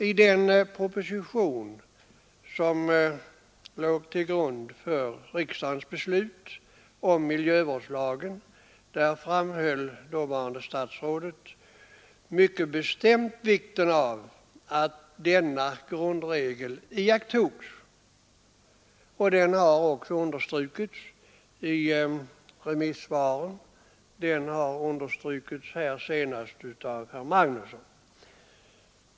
I den proposition som låg till grund för riksdagens beslut om miljöskyddslagen framhöll dåvarande departementschefen mycket bestämt vikten av att denna grundregel iakttogs. Detta har understrukits i remissvaren och nu senast av herr Magnusson i Tanum.